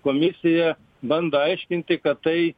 komisija bando aiškinti kad tai